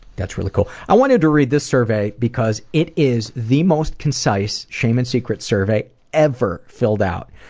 that's really cool. i wanted to read this survey because it is the most concise shame and secrets survey ever filled out.